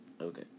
Okay